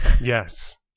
Yes